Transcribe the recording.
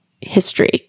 history